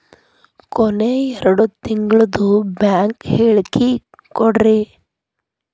ಕೊನೆ ಎರಡು ತಿಂಗಳದು ಬ್ಯಾಂಕ್ ಹೇಳಕಿ ಕೊಡ್ರಿ